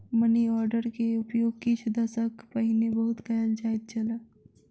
money order के उपयोग किछ दशक पहिने बहुत कयल जाइत छल